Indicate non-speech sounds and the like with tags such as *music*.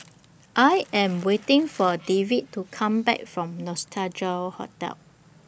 *noise* I Am waiting For David to Come Back from Nostalgia Hotel